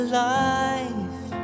life